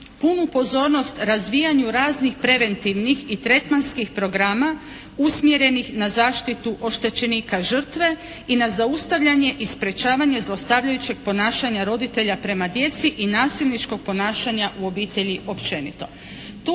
punu pozornost razvijanju raznih preventivnih i tretmanskih programa usmjerenih na zaštitu oštećenika žrtve i na zaustavljanje i sprečavanje zlostavljajućeg ponašanja roditelja prema djeci i nasilničkog ponašanja u obitelji općenito.